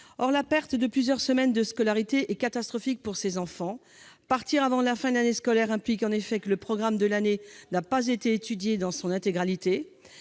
Or la perte de plusieurs semaines de scolarité est catastrophique pour ces enfants. Partir avant la fin de l'année scolaire implique en effet que le programme de l'année n'a pas été étudié dans son intégralité,